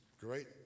great